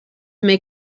may